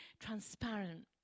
transparent